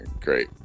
Great